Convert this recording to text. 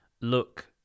look